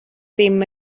ddim